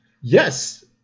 Yes